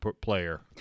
player